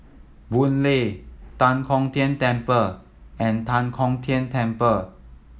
Boon Lay Tan Kong Tian Temple and Tan Kong Tian Temple